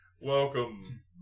Welcome